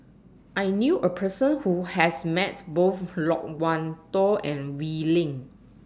I knew A Person Who has Met Both Loke Wan Tho and Wee Lin